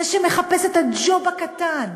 זה המחפש את הג'וב הקטן.